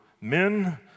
men